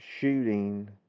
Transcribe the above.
shooting